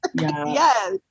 Yes